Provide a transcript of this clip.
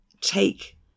take